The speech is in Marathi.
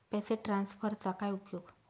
पैसे ट्रान्सफरचा काय उपयोग?